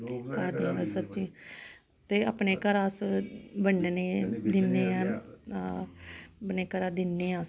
घर दियां गै सब्जी ते अपने घर अस बंडने दिन्ने ऐं अपने घरा दिन्ना आं